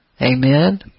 Amen